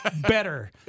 better